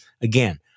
again